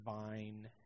divine